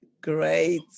Great